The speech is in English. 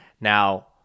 Now